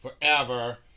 forever